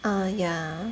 ah yeah